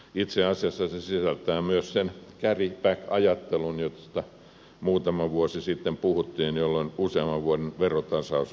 itse asiassa se sisältää myös sen carry back ajattelun josta muutama vuosi sitten puhuttiin jolloin useamman vuoden verotasaus olisi ollut ajatuksena